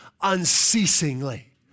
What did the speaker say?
unceasingly